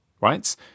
right